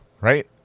right